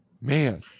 man